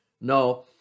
No